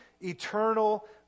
eternal